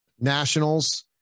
nationals